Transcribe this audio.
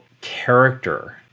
character